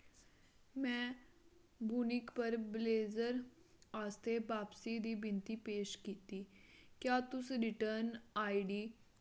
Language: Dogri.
में बुनिक पर ब्लेज़र आस्तै बापसी दी बिनती पेश कीती क्या तुस रिटर्न आईडी